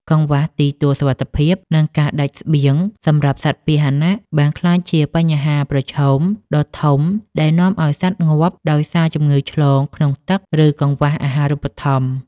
កង្វះទីទួលសុវត្ថិភាព និងការដាច់ស្បៀងសម្រាប់សត្វពាហនៈ បានក្លាយជាបញ្ហាប្រឈមដ៏ធំដែលនាំឱ្យសត្វងាប់ដោយសារជំងឺឆ្លងក្នុងទឹក ឬកង្វះអាហារូបត្ថម្ភ។